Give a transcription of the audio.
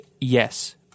Yes